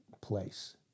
place